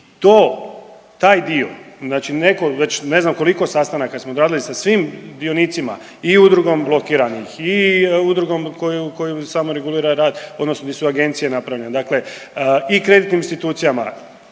i to, taj dio, znači neko već ne znam koliko sastanaka smo odradili sa svim dionicima i udrugom blokiranih i udrugom koju, koju samo regulira rad odnosno di su agencije napravljene, dakle i kreditnim institucijama